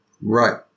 Right